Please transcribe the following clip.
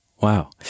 Wow